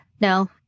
No